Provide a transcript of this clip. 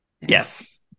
yes